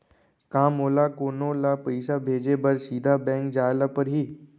का मोला कोनो ल पइसा भेजे बर सीधा बैंक जाय ला परही?